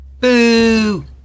Boo